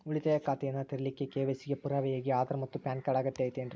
ಉಳಿತಾಯ ಖಾತೆಯನ್ನ ತೆರಿಲಿಕ್ಕೆ ಕೆ.ವೈ.ಸಿ ಗೆ ಪುರಾವೆಯಾಗಿ ಆಧಾರ್ ಮತ್ತು ಪ್ಯಾನ್ ಕಾರ್ಡ್ ಅಗತ್ಯ ಐತೇನ್ರಿ?